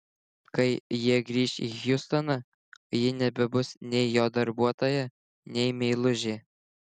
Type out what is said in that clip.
kai jie grįš į hjustoną ji nebebus nei jo darbuotoja nei meilužė